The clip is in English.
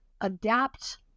adapt